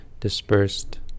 dispersed